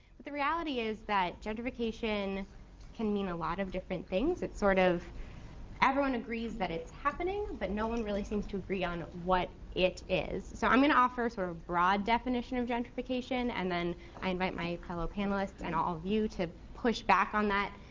but the reality is that gentrification can mean a lot of different things. sort of everyone agrees that it's happening, but no one really seems to agree on what it is. so i'm gonna offer sort of a broad definition of gentrification, and then i invite my fellow panelists and all of you to push back on that.